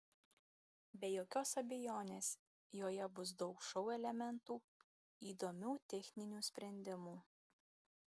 be jokios abejonės joje bus daug šou elementų įdomių techninių sprendimų